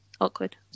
Awkward